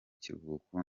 kiruhuko